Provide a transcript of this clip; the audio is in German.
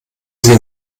sie